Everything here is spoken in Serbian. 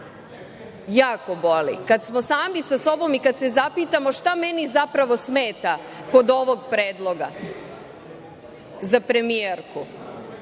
jako boli. Kada smo sami sa sobom i kada se zapitamo – šta meni zapravo smeta kod ovog predloga za premijerku?